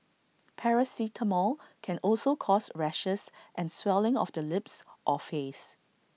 paracetamol can also cause rashes and swelling of the lips or face